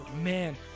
Man